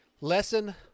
lesson